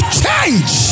change